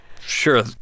Sure